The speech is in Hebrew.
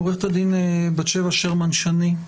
עוה"ד בת-שבע שרמן-שני,